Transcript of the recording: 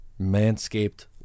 Manscaped